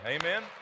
Amen